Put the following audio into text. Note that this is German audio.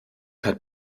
hat